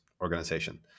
organization